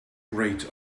great